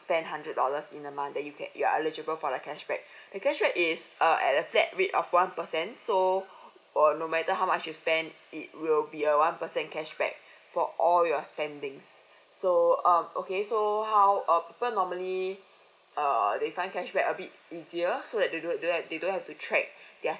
spend hundred dollars in a month that you get you are eligible for the cashback the cashback is err at a flat rate of one percent so for no matter how much you spend it will be a one percent cashback for all your spending so um okay so how uh people normally uh they find cashback a bit easier so that they don~ they don't have to track their